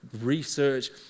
research